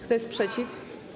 Kto jest przeciw?